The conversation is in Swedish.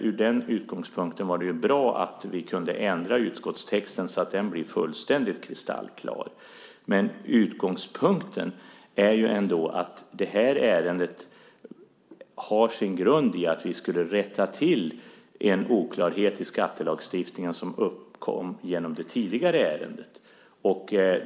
Ur den utgångspunkten var det bra att vi kunde ändra utskottstexten så att den blev fullständigt kristallklar. Det här ärendet har sin grund i att vi skulle rätta till en oklarhet i skattelagstiftningen som uppkom genom det tidigare ärendet.